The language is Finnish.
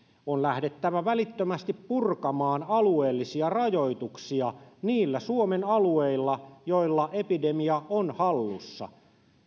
on lähdettävä välittömästi purkamaan alueellisia rajoituksia niillä suomen alueilla joilla epidemia on hallussa